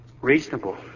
reasonable